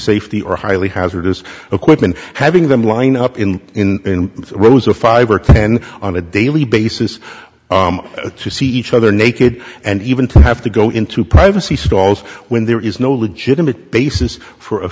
safety or highly hazardous equipment having them line up in in rows of five or ten on a daily basis to see each other naked and even to have to go into privacy stalls when there is no legitimate basis for a